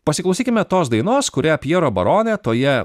pasiklausykime tos dainos kurią pjero barone toje